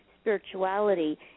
spirituality